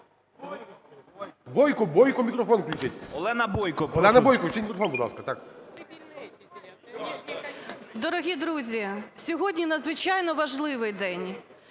Дорогі друзі, сьогодні надзвичайно важливий день,